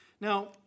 Now